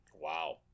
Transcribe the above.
Wow